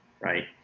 right